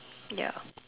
ya